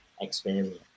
experience